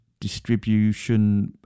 distribution